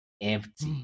empty